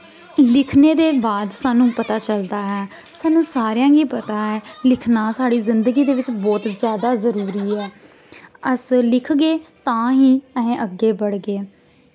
लिखने दे बाद साह्नू पता चलदा ऐ साह्नू सारेंआं गी पता ऐ लिखना साढ़ी जिंदगी दे बिच्च बौह्त जादा जरूरी ऐ अस लिखगे तां ही असें अग्गे बड़गे